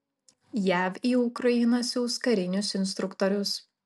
jav į ukrainą siųs karinius instruktorius